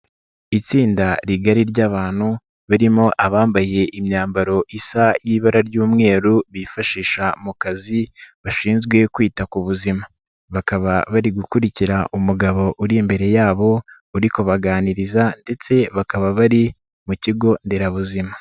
Itsinda rigari ry'abantu barimo abambaye imyambaro isa y'ibara ry'umweru bifashisha mu kazi bashinzwe kwita ku buzima, bakaba bari gukurikira umugabo uri imbere yabo uri kubaganiriza ndetse bakaba bari mu kigo nderabuzima.